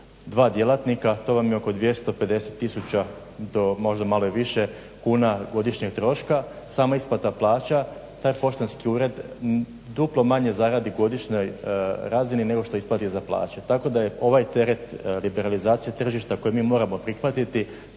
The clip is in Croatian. dva djelatnika to vam je oko 250 tisuća do možda i malo više tisuća kuna godišnje troška, sama isplata plaća. Taj poštanski ured duplo manje zaradi na godišnjoj razini nego što isplati za plaću. Tako da je ovaj teret liberalizacije tržišta koji mi moramo prihvatiti